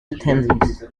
attendees